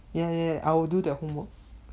ya ya I will do that homework